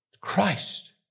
Christ